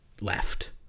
left